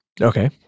Okay